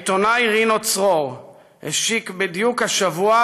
העיתונאי רינו צרור השיק בדיוק השבוע,